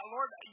Lord